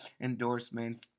endorsements